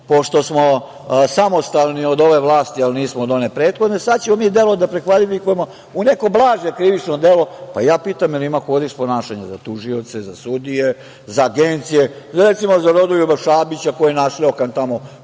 pošto smo samostalni od ove vlasti, ali nismo od one prethodne, sad ćemo mi delo da prekvalifikujemo u neko blaže krivično delo. Pa, ja pitam, da li ima kodeks ponašanja za tužioce, za sudije, za agencije, recimo za Rodoljuba Šabića koji je našljokan tamo